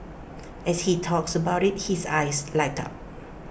as he talks about IT his eyes light up